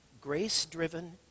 Grace-driven